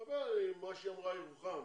אני מדבר על מה שהיא אמרה בירוחם,